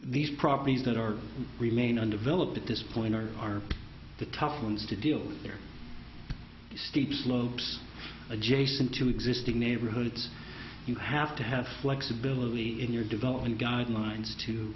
these properties that are remain under villa at this point are the tough ones to deal with their steep slopes adjacent to existing neighborhoods you have to have flexibility in your development guidelines to